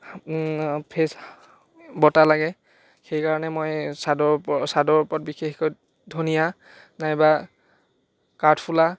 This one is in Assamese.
ফ্ৰেছ বতাহ লাগে সেইকাৰণে মই চাদৰ ওপৰত চাদৰ ওপৰত বিশেষকৈ ধনিয়া নাইবা কাঠফুলা